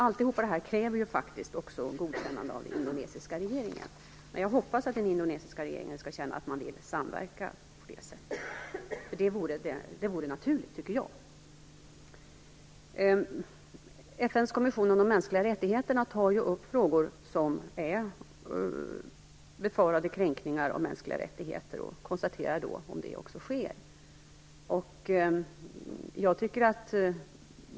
Allt detta kräver också godkännande av den indonesiska regeringen, men jag hoppas att den skall känna att den vill samverka på det sättet. Det vore naturligt, tycker jag. FN:s kommission för de mänskliga rättigheterna tar upp frågor om befarade kränkningar av mänskliga rättigheter och konstaterar om sådana också sker.